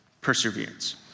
perseverance